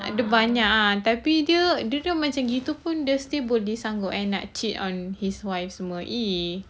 ah ada banyak ah tapi dia dia macam gitu pun dia still boleh sanggup and like cheat on his wife some more !ee!